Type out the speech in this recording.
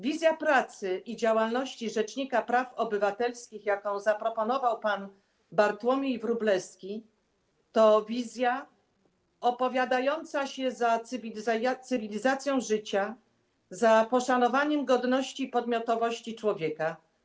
Wizja pracy i działalności rzecznika praw obywatelskich, jaką zaproponował pan Bartłomiej Wróblewski, to wizja opowiadająca się za cywilizacją życia, za poszanowaniem godności i podmiotowości człowieka.